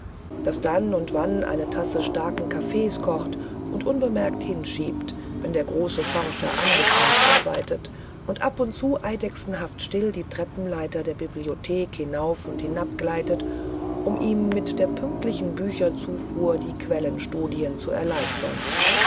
das dann und wann eine tasse starken kaffes kocht und unbemerkt hinschiebt wenn der große forscher angestrengt arbeitet und ab und zu eidechsenhaft still die treppenleiter der bibliothek hinauf und hinabgleitet um ihm mit der pünktlichen bücherzufuhr die quellenstudien zu erleichtern